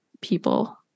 people